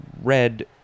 red